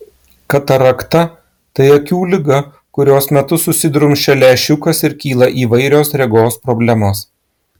katarakta tai akių liga kurios metu susidrumsčia lęšiukas ir kyla įvairios regos problemos